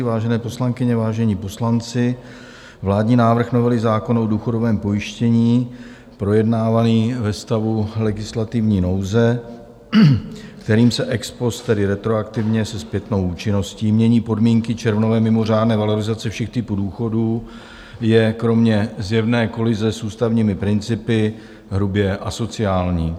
Vážené poslankyně, vážení poslanci, vládní návrh novely zákona o důchodovém pojištění projednávaný ve stavu legislativní nouze, kterým se ex post, tedy retroaktivně, se zpětnou účinností, mění podmínky červnové mimořádné valorizace všech typů důchodů, je kromě zjevné kolize s ústavními principy hrubě asociální.